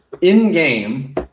in-game